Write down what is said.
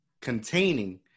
containing